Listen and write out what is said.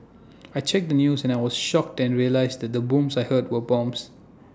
I checked the news and I was shocked and realised that the booms I heard were bombs